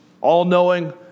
All-knowing